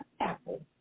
apple